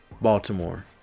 Baltimore